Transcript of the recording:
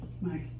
Mike